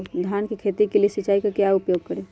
धान की खेती के लिए सिंचाई का क्या उपयोग करें?